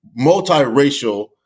multiracial